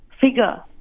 figure